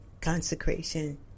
consecration